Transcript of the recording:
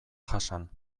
jasan